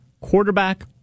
quarterback